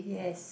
yes